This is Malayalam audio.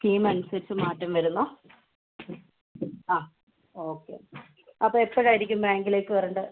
സ്കീം അനുസരിച്ച് മാറ്റം വരുന്നു ആ ഓക്കെ അപ്പോൾ എപ്പോഴായിരിക്കും ബാങ്കിലേക്ക് വരേണ്ടത്